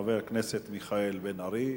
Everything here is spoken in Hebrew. חבר הכנסת מיכאל בן-ארי,